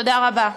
תודה רבה.